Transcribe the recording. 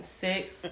six